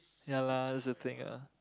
ya lah that's the thing ah